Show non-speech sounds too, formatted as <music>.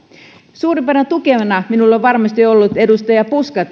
suurimpana tukijana tässä asiassa minulla on varmasti ollut edustaja puska <unintelligible>